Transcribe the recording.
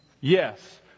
Yes